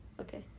Okay